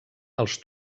als